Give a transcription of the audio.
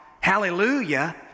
hallelujah